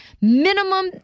minimum